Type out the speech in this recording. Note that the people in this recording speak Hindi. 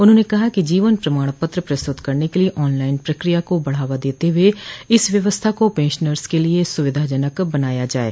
उन्होंने कहा है कि जीवन प्रमाण पत्र प्रस्तुत करने के लिये आनलाइन प्रक्रिया को बढ़ावा देते हुए इस व्यवस्था को पेंशनर्स के लिये सुविधाजनक बनाया जाये